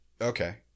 Okay